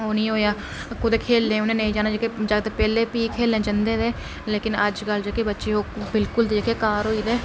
ओह् निं होआ कुदै खेलनें नेईं उ'नेंई नेईं जाना पैह्ले जागत प्ही खेलन जंदे लेकिन अज्ज कल जेह्के बच्चे ओह् बिल्कुल बाह्र